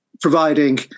providing